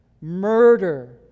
murder